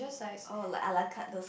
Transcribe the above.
oh like ala carte those